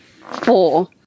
four